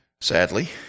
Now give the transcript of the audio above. Sadly